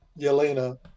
Yelena